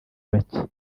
bacye